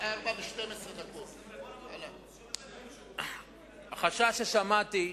16:12. החשש ששמעתי,